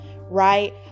right